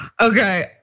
Okay